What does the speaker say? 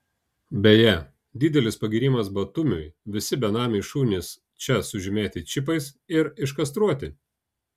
beje didelis pagyrimas batumiui visi benamiai šunys čia sužymėti čipais ir iškastruoti